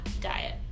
diet